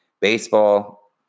Baseball